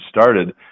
started